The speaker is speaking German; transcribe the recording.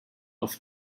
auf